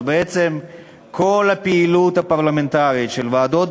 אז בעצם כל הפעילות הפרלמנטרית בוועדות